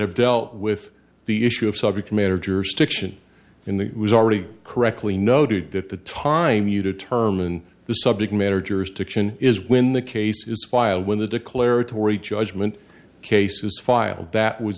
have dealt with the issue of subject matter jurisdiction in the was already correctly noted that the time you determine the subject matter jurisdiction is when the case is filed when the declaratory judgment cases filed